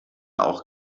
auch